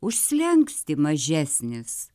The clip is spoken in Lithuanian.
už slenkstį mažesnis